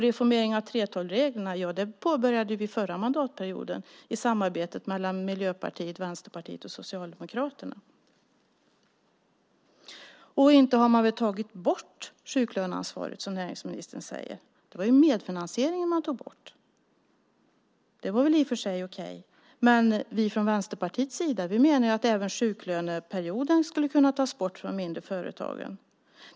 Reformering av 3:12-reglerna påbörjade vi förra mandatperioden i samarbetet mellan Miljöpartiet, Vänsterpartiet och Socialdemokraterna. Inte har man väl tagit bort sjuklöneansvaret, som näringsministern säger. Det var medfinansieringen som man tog bort. Det var i och för sig okej. Men från Vänsterpartiets sida menar vi att även sjuklöneperioden skulle kunna tas bort för de mindre företagen.